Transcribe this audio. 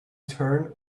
turn